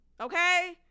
Okay